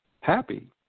happy